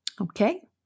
Okay